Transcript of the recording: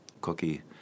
cookie